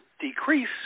decrease